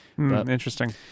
Interesting